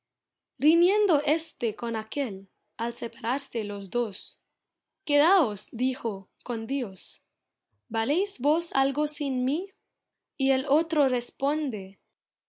riñendo éste con aquél al separarse los dos quedaos dijo con dios valéis vos algo sin mí y el otro responde